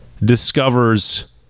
discovers